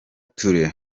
touré